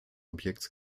objekts